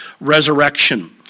resurrection